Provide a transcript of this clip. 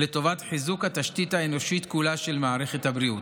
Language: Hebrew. לטובת חיזוק התשתית האנושית כולה של מערכת הבריאות.